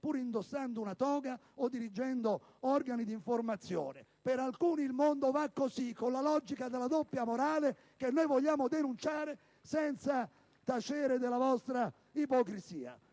pur indossando una toga o dirigendo organi di informazione. *(Applausi dal Gruppo PdL).* Per alcuni il mondo va così, con la logica della doppia morale, che noi vogliamo denunciare senza tacere della vostra ipocrisia.